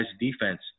defense